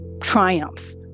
triumph